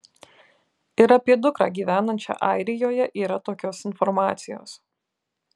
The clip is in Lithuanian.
ir apie dukrą gyvenančią airijoje yra tokios informacijos